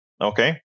okay